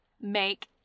make